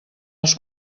els